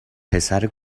پسر